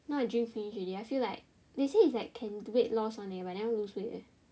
now I drink finish already I feel like they say it's like can weight loss one leh but I never lose weight leh